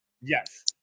yes